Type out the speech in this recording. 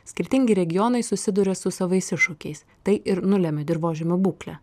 skirtingi regionai susiduria su savais iššūkiais tai ir nulemia dirvožemių būklę